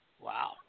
Wow